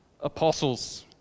apostles